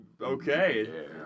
okay